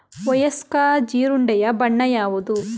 ವಯಸ್ಕ ಜೀರುಂಡೆಯ ಬಣ್ಣ ಯಾವುದು?